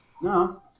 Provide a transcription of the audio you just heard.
No